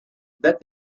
that